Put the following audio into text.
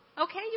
Okay